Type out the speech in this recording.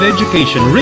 Education